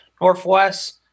Northwest